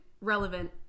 relevant